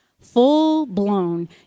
full-blown